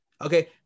Okay